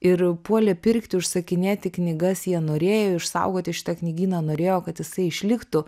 ir puolė pirkti užsakinėti knygas jie norėjo išsaugoti šitą knygyną norėjo kad jisai išliktų